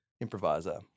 improviser